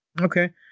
Okay